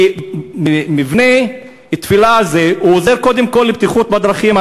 כי מבנה לתפילה עוזר קודם כול לבטיחות בדרכים.